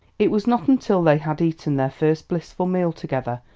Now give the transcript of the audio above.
it was not until they had eaten their first blissful meal together,